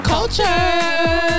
Culture